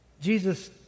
Jesus